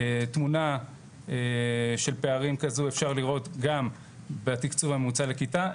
תמונה של פערים כזו אפשר לראות גם בתקצוב הממוצע לכיתה,